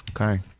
Okay